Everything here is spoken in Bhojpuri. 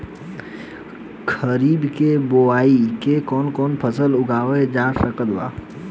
खरीब के बोआई मे कौन कौन फसल उगावाल जा सकत बा?